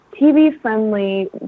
TV-friendly